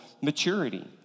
maturity